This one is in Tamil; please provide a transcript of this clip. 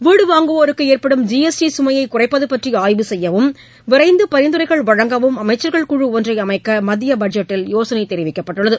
வீடு வாங்குவோருக்கு ஏற்படும் ஜி எஸ் டி சுமையை குறைப்பது பற்றி ஆய்வு செய்யவும் விரைந்து பரிந்துரைகள் வழங்கவும் அமைச்சர்கள் குழு ஒன்றை அமைக்க மத்திய பட்ஜெட்டில் யோசனை தெரிவிக்கப்பட்டுள்ளது